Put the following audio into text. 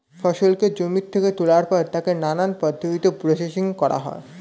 ফসলকে জমি থেকে তোলার পর তাকে নানান পদ্ধতিতে প্রসেসিং করা হয়